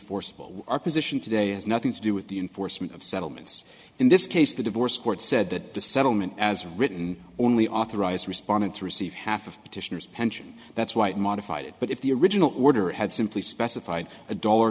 enforceable our position today has nothing to do with the enforcement of settlements in this case the divorce court said that the settlement as written only authorized responded to receive half of petitioners pension that's why it modified it but if the original order had simply specified a dollar